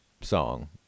song